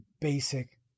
basic